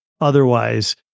otherwise